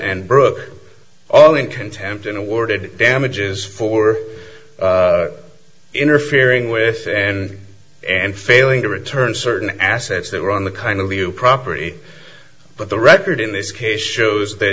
and brooke all in contempt and awarded damages for interfering with and and failing to return certain assets that were on the kind of you property but the record in this case shows the